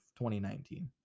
2019